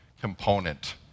component